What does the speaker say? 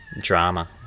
drama